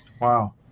Wow